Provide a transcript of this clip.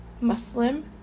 Muslim